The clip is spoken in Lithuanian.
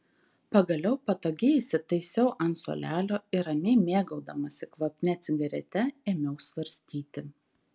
pagaliau patogiai įsitaisiau ant suolelio ir ramiai mėgaudamasi kvapnia cigarete ėmiau svarstyti